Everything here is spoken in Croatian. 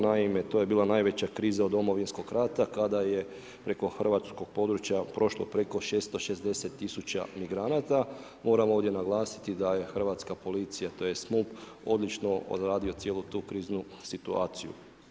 Naime to je bila najveća kriza od Domovinskog rata kada je preko hrvatskog područja prošlo preko 660 000 migranata, moramo ovdje naglasiti da je hrvatska policija tj. MUP odlično odradio cijelu tu kriznu situaciju.